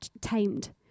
tamed